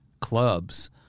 clubs